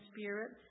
spirit